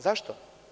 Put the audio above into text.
Zašto?